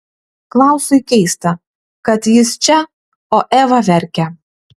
klausui keista kad jis čia o eva verkia